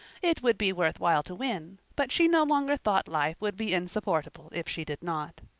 it would be worth while to win, but she no longer thought life would be insupportable if she did not.